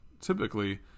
typically